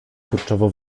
kurczowo